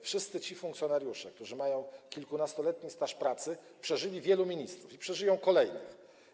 Wszyscy ci funkcjonariusze, którzy mają kilkunastoletni staż pracy, przeżyli wielu ministrów i przeżyją kolejnych.